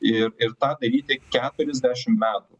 ir ir tą daryti keturiasdešimt metų